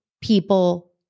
people